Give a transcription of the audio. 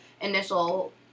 initial